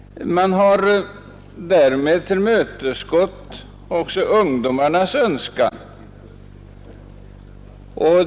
Man har därmed tillmötesgått också ungdomarnas önskan.